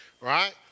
Right